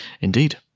Indeed